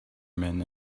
men